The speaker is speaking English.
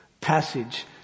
passage